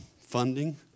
funding